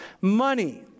money